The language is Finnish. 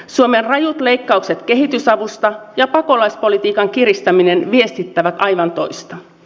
suomen rajut leikkaukset kehitysavusta ja pakolaispolitiikan kiristäminen viestittävät aivan toista